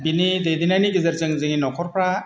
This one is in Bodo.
बिनि दैदेननायनि गेजेरजों जोंनि न'खरफ्रा